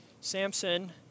Samson